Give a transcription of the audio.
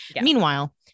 Meanwhile